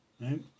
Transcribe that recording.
right